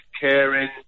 caring